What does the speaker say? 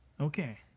Okay